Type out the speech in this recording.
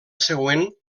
següent